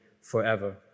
forever